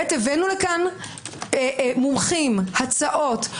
בי"ת, הבאנו לפה מומחים, הצעות.